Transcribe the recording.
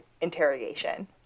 interrogation